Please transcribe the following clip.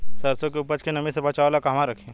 सरसों के उपज के नमी से बचावे ला कहवा रखी?